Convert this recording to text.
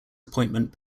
appointment